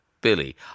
Billy